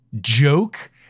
joke